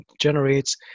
generates